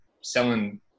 selling